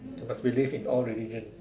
must believe in all religion